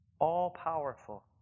All-powerful